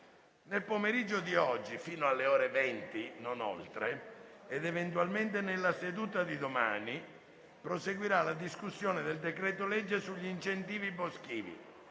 Nel pomeriggio di oggi, fino alle ore 20, non oltre, ed eventualmente nella seduta di domani, proseguirà la discussione del decreto-legge sugli incendi boschivi.